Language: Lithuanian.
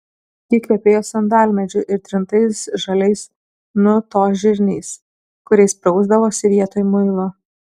ji kvepėjo sandalmedžiu ir trintais žaliais nu to žirniais kuriais prausdavosi vietoj muilo